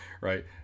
right